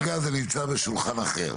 כרגע זה נמצא בשולחן אחר.